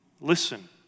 Listen